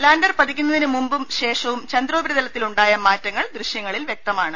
lander പതിക്കുന്നതിന് മുമ്പും ശേഷവും ചന്ദ്രോപരിതല ത്തിലുണ്ടായ മാറ്റങ്ങൾ ദൃശ്യങ്ങളിൽ വ്യക്തമാണ്